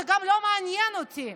זה גם לא מעניין אותי.